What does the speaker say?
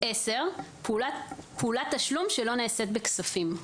פעולת תשלום שלא נעשית בכספים.